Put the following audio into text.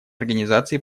организации